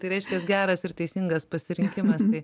tai reiškia geras ir teisingas pasirinkimas tai